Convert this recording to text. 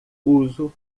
uso